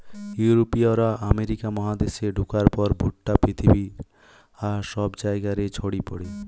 ইউরোপীয়রা আমেরিকা মহাদেশে ঢুকার পর ভুট্টা পৃথিবীর আর সব জায়গা রে ছড়ি পড়ে